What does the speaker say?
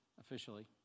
officially